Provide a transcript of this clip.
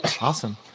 Awesome